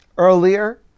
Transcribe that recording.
Earlier